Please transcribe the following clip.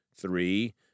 Three